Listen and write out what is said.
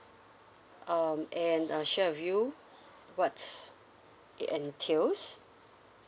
um and uh share with you what it entails